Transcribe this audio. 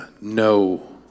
no